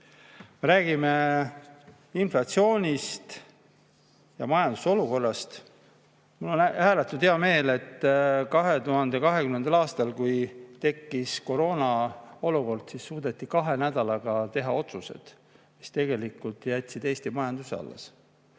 Räägime inflatsioonist ja majanduse olukorrast. Mul on ääretult hea meel, et 2020. aastal, kui tekkis koroonaolukord, suudeti kahe nädalaga teha otsused, mis jätsid Eesti majanduse alles.